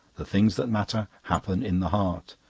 the things that matter happen in the heart.